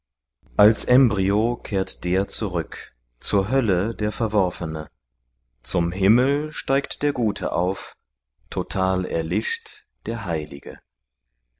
als embryo kehrt der zurück zur hölle der verworfene zum himmel steigt der gute auf total erlischt der heilige